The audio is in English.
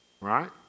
right